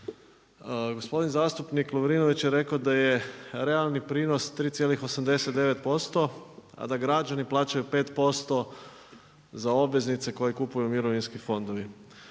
Gospodin zastupnik Lovrinović je rekao da je realni prinos 3,89%, a da građani plaćaju 5% za obveznice koje kupuju mirovinski fondovi.